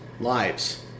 lives